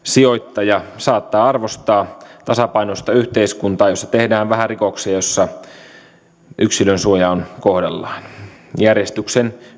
sijoittajat saattavat arvostaa tasapainoista yhteiskuntaa jossa tehdään vähän rikoksia ja jossa yksilönsuoja on kohdallaan järjestyksen